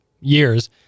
years